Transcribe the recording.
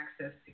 access